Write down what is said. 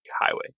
Highway